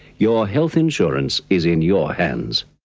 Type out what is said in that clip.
your health insurance is in your hands.